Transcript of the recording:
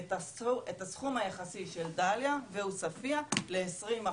את הסכום היחסי של דאליה ועוספיה לעשרים אחוז.